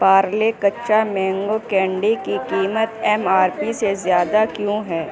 پارلے کچا mango candy کی قیمت ایم آر پی سے زیادہ کیوں ہے